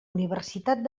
universitat